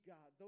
God